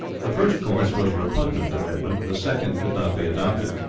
the first course was repugnant to edmund, the second could not be adopted,